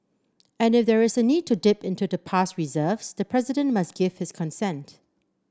and if there is a need to dip into the past reserves the president must give his consent